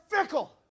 fickle